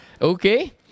Okay